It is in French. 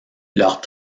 leurs